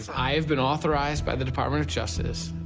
i have been authorized by the department of justice,